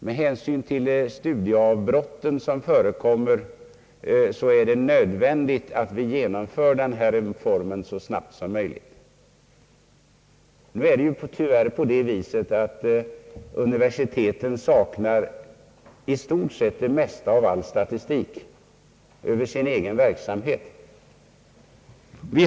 Med hänsyn till de studieavbrott som förekommer är det nödvändigt att genomföra reformen så snabbt som möjligt, har det anförts. Tyvärr förhåller det sig så att universiteten i stort sett saknar nästan all statistik över sin egen verksamhet.